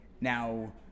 Now